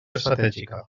estratègica